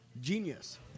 Genius